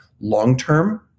long-term